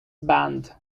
band